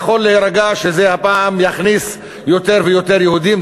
יכול להירגע שזה הפעם יכניס יותר ויותר יהודים.